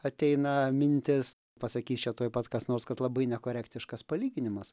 ateina mintis pasakys čia tuoj pat kas nors kad labai nekorektiškas palyginimas